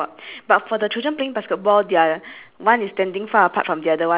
so we must find differences in our pictures like both of us which picture is different like that